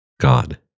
God